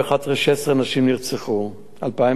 נרצחו, 2012,